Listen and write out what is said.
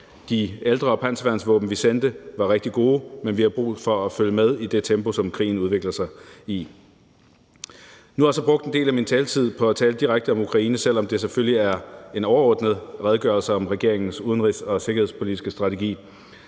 De ældre panserværnsvåben, vi sendte, var rigtig gode, men vi har brug for at følge med i det tempo, som krigen udvikler sig i. Nu har jeg så brugt en del af min taletid på at tale direkte om Ukraine, selv om det selvfølgelig er en overordnet redegørelse om regeringens udenrigs- og sikkerhedspolitiske strategi.